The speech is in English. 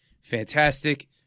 fantastic